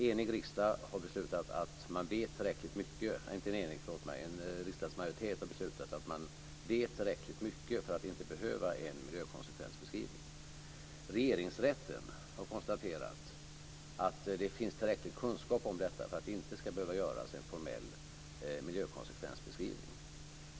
En riksdagsmajoritet har beslutat att man vet tillräckligt mycket för att det inte ska behövas en miljökonsekvensbeskrivning. Regeringsrätten har konstaterat att det finns tillräcklig kunskap om detta för att det inte ska behöva göras en formell miljökonsekvensbeskrivning.